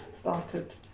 started